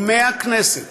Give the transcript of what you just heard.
ומהכנסת,